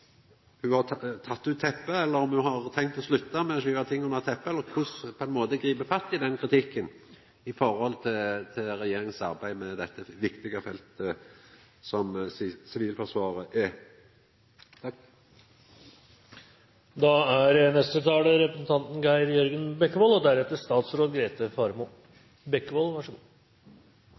ho har teke ut teppet, eller om ho har tenkt å slutta med å skuva ting under teppet, eller korleis ein vil gripa fatt i den kritikken i forhold til regjeringa sitt arbeid med dette viktige feltet som Sivilforsvaret er. Sivilforsvaret er en viktig del av beredskapen. Det er en forsterkingsressurs som skal bistå nød- og